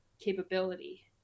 capability